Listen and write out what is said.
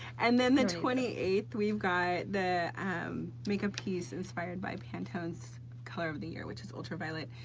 and then the twenty eighth we've got the um make a piece inspired by pantone's color of the year which is ultra violet,